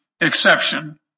Exception